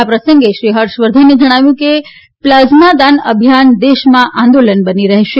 આ પ્રસંગે શ્રી હર્ષવર્ધને જણાવ્યું કે પ્લાઝમા દાન અભિયાન દેશમાં આંદોલન બની રહેશે